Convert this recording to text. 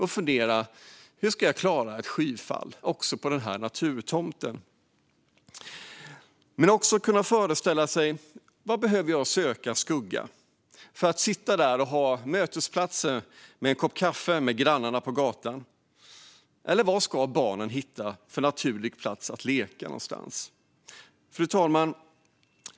Hur ska jag klara ett skyfall också på den här naturtomten? Jag får också föreställa mig var jag behöver söka skugga för att kunna sitta där och ha möten över en kopp kaffe med grannarna på gatan och var barnen ska hitta naturliga platser att leka på. Fru talman!